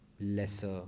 lesser